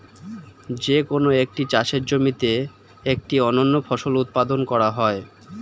যে কোন একটি চাষের জমিতে একটি অনন্য ফসল উৎপাদন করা হয়